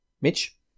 Mitch